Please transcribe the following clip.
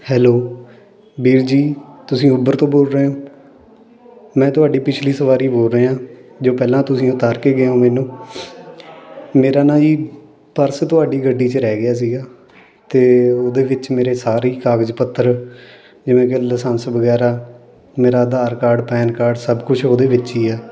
hello ਵੀਰ ਜੀ ਤੁਸੀਂ ਉੱਭਰ ਤੋਂ ਬੋਲ ਰਹੇ ਹੋ ਮੈਂ ਤੁਹਾਡੀ ਪਿਛਲੀ ਸਵਾਰੀ ਬੋਲ ਰਿਹਾ ਜੋ ਪਹਿਲਾਂ ਤੁਸੀਂ ਉਤਾਰ ਕੇ ਗਏ ਹੋ ਮੈਨੂੰ ਮੇਰਾ ਨਾ ਜੀ ਪਰਸ ਤੁਹਾਡੀ ਗੱਡੀ 'ਚ ਰਹਿ ਗਿਆ ਸੀਗਾ ਅਤੇ ਉਹਦੇ ਵਿੱਚ ਮੇਰੇ ਸਾਰੇ ਕਾਗਜ਼ ਪੱਤਰ ਜਿਵੇਂ ਕਿ ਲਾਸੰਸ ਵਗੈਰਾ ਮੇਰਾ ਆਧਾਰ ਕਾਰਡ ਪੈਨ ਕਾਰਡ ਸਭ ਕੁਛ ਉਹਦੇ ਵਿੱਚ ਹੀ ਆ